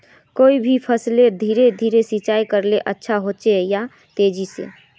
कोई भी फसलोत धीरे सिंचाई करले अच्छा होचे या तेजी से?